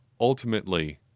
Ultimately